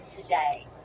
today